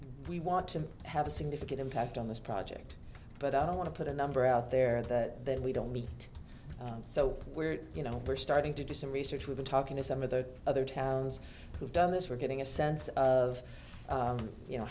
we want to have a significant impact on this project but i want to put a number out there that we don't need so we're you know we're starting to do some research we've been talking to some of the other towns who've done this we're getting a sense of you know